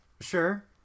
Sure